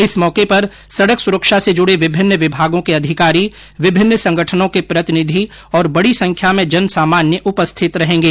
इस मौके पर सड़क सुरक्षा से जुड़े विभिन्न विभागों के अधिकारी विभिन्न संगठनों के प्रतिनिधि और बड़ी संख्या में जन सामान्य उपस्थित रहेंगे